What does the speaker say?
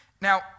Now